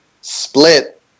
split